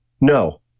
No